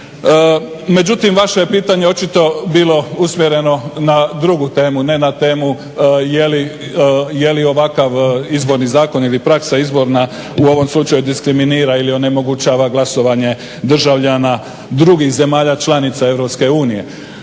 Međutim, vaše je pitanje očito bilo usmjereno na drugu temu, ne na temu je li ovakav izborni zakon ili praksa izborna u ovom slučaju diskriminira ili onemogućava glasovanje državljana drugih zemalja članica EU.